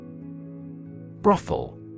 Brothel